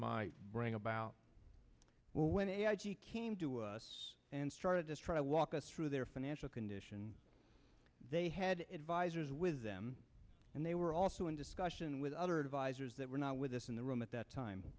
might bring about when it came to us and started to try to walk us through their financial condition they had advisors with them and they were also in discussion with other advisers that were not with us in the room at that time